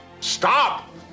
Stop